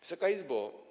Wysoka Izbo!